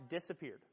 disappeared